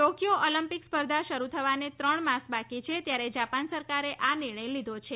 Tokyo Olympic સ્પર્ધા શરૂ થવાને ત્રણ માસ બાકી છે ત્યારે જાપાન સરકારે આ નિર્ણય લીધો છે